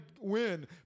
win